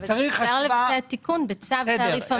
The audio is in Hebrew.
אפשר לבצע תיקון בצו תעריף מכס.